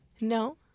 No